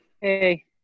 Hey